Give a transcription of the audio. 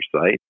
site